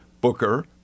Booker